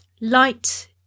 Light